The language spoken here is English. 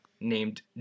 named